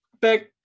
Back